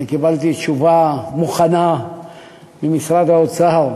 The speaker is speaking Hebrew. אני קיבלתי תשובה מוכנה ממשרד האוצר,